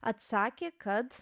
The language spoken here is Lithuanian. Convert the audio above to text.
atsakė kad